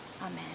Amen